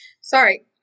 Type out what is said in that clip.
sorry